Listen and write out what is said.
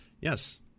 Yes